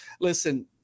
listen